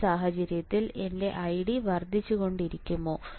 ഈ സാഹചര്യത്തിൽ എന്റെ ID വർദ്ധിച്ചുകൊണ്ടിരിക്കുമോ